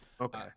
okay